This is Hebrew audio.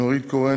נורית קורן,